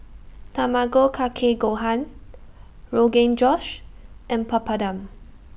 Tamago Kake Gohan Rogan Josh and Papadum